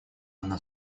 она